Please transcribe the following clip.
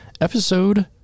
episode